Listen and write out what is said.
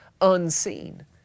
unseen